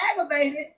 aggravated